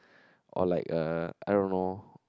or like uh I don't know